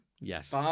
Yes